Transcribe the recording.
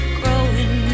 growing